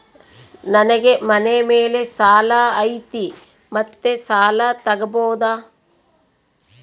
ನನಗೆ ಮನೆ ಮೇಲೆ ಸಾಲ ಐತಿ ಮತ್ತೆ ಸಾಲ ತಗಬೋದ?